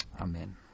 Amen